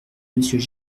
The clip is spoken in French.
monsieur